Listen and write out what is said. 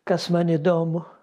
kas man įdomu